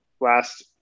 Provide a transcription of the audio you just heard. last